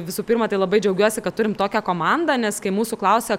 visų pirma tai labai džiaugiuosi kad turim tokią komandą nes kai mūsų klausia